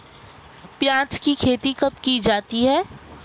प्याज़ की खेती कब की जाती है?